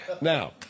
Now